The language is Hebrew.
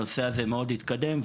הנושא הזה מאוד התקדם.